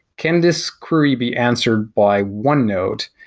can this query be answered by one node?